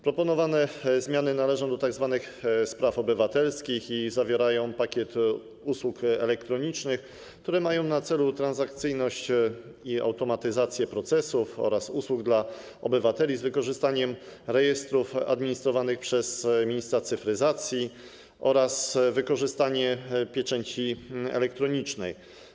Proponowane zmiany należą do tzw. spraw obywatelskich i obejmują pakiet usług elektronicznych, które mają na celu transakcyjność i automatyzację procesów oraz usług dla obywateli z wykorzystaniem rejestrów administrowanych przez ministra cyfryzacji oraz wykorzystanie pieczęci elektronicznej.